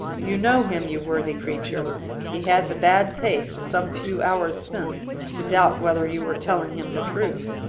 you know him, you worthy creature he had the bad taste, some few hours since, to doubt whether you were telling him the truth.